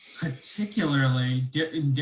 particularly